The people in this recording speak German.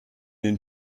den